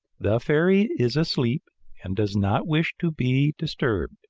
the fairy is asleep and does not wish to be disturbed.